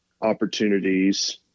opportunities